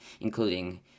including